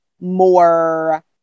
more